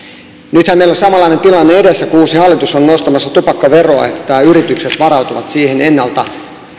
nythän meillä on samanlainen tilanne edessä kun uusi hallitus on nostamassa tupakkaveroa että nämä yritykset varautuvat siihen ennalta